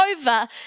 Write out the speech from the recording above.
over